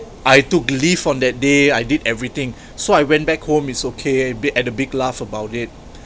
I took leave on that day I did everything so I went back home it's okay big had a big laugh about it